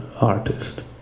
artist